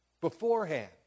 beforehand